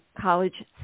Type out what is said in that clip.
college